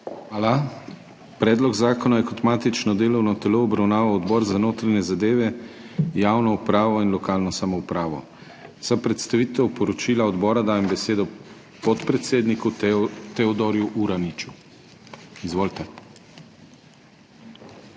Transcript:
Hvala. Predlog zakona je kot matično delovno telo obravnaval Odbor za notranje zadeve, javno upravo in lokalno samoupravo. Za predstavitev poročila odbora dajem besedo podpredsedniku Teodorju Uraniču. Izvolite. TEODOR